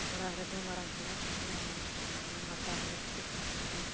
ᱚᱲᱟᱜ ᱨᱮᱫᱚ ᱢᱟᱨᱟᱝ ᱦᱚᱲᱟᱜ ᱯᱚᱨᱟᱢᱚᱨᱥᱚ ᱦᱟᱛᱟᱣ ᱞᱟᱹᱠᱛᱤᱜ ᱠᱟᱱ ᱜᱮᱭᱟ